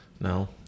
No